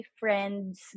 friends